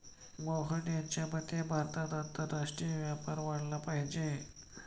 मोहन यांच्या मते भारतात आंतरराष्ट्रीय व्यापार वाढला पाहिजे